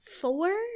four